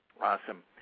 Awesome